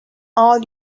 all